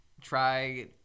try